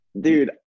dude